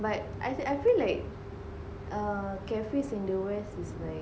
but I feel I feel like err cafes in the west is like